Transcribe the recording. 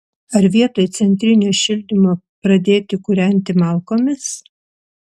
ar vietoj centrinio šildymo pradėti kūrenti malkomis